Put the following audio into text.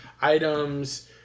items